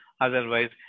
Otherwise